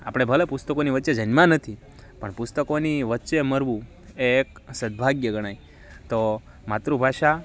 આપણે ભલે પુસ્તકોની વચ્ચે જન્મ્યાં નથી પણ પુસ્તકોની વચ્ચે મરવું એ એક સદ્ભાગ્ય ગણાય તો માતૃભાષા